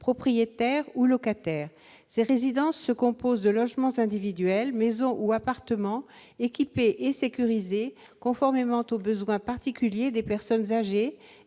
propriétaires ou locataires. Ces résidences se composent de logements individuels, maisons ou appartements, équipés et sécurisés conformément aux besoins particuliers des personnes âgées